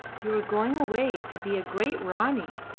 you are going away to be a great ranee,